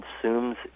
consumes